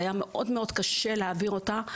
זה יהיה מאוד קשה להעביר אותה.